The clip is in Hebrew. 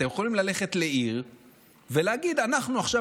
אתם יכולים ללכת לעיר ולהגיד: אנחנו עכשיו